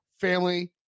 family